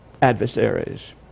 adversaries